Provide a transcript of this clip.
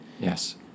Yes